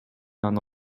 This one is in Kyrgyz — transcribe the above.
аны